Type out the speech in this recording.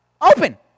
Open